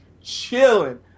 chilling